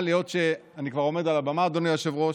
אבל היות שאני כבר עומד על הבמה, אדוני היושב-ראש,